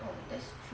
that's true